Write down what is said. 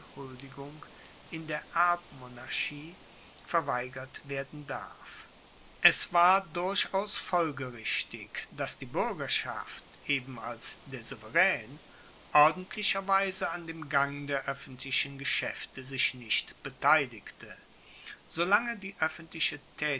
huldigung in der erbmonarchie verweigert werden darf es war durchaus folgerichtig dass die buergerschaft eben als der souveraen ordentlicher weise an dem gang der oeffentlichen geschaefte sich nicht beteiligte solange die oeffentliche